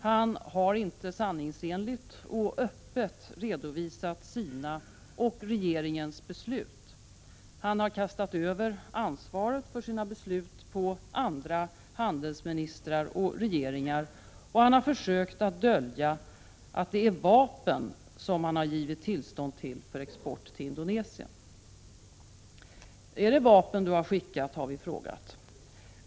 Han har inte sanningsenligt och öppet redovisat sina och regeringens beslut. Han har kastat över ansvaret för sina beslut på andra handelsministrar och regeringar, och han har försökt dölja att det är för vapen han givit tillstånd till export till Indonesien. ”Är det vapen du har skickat?” har vi frågat.